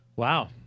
Wow